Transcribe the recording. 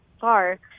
far